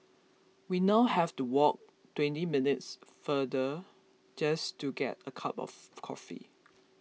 we now have to walk twenty minutes farther just to get a cup of coffee